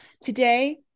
today